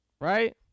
right